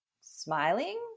smiling